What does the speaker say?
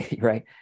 right